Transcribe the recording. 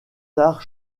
tard